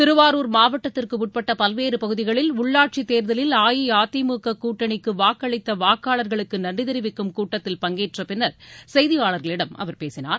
திருவாரூர் மாவட்டத்திற்குட்பட்ட பல்வேறு பகுதிகளில் உள்ளாட்சி தேர்தலில் அஇஅதிமுக கூட்டணிக்கு வாக்களித்த வாக்காளர்களுக்கு நன்றி தெரிவிக்கும் கூட்டத்தில் பங்கேற்ற பின்னர் செய்தியாளர்களிடம் அவர் பேசினார்